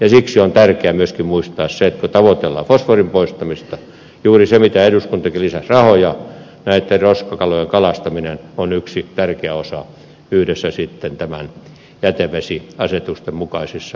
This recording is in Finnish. siksi on tärkeää myöskin muistaa se että kun tavoitellaan fosforin poistamista juuri se mitä eduskuntakin teki lisäsi rahoja roskakalojen kalastamiseen on yksi tärkeä osa yhdessä jätevesiasetusten mukaisten ohjeiden kanssa